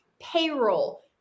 payroll